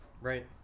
right